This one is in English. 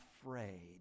afraid